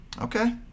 Okay